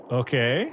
okay